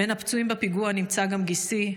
בין הפצועים בפיגוע נמצא גם גיסי,